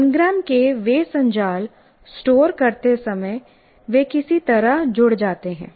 engram के वे संजाल स्टोर करते समय वे किसी तरह जुड़ जाते हैं